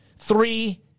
three